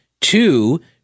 Two